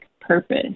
purpose